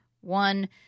One